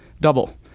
Double